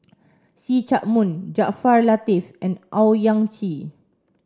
See Chak Mun Jaafar Latiff and Owyang Chi